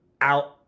out